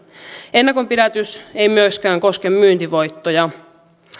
ennakonpidätys ei myöskään koske myyntivoittoja